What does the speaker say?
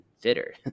fitter